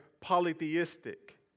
polytheistic